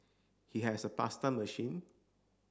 he has a pasta machine